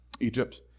Egypt